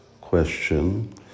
question